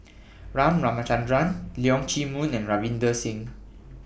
Ramachandran Leong Chee Mun and Ravinder Singh